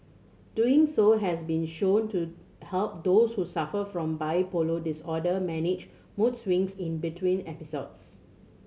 doing so has been shown to help those who suffer from bipolar disorder manage mood swings in between episodes